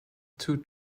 two